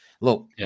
look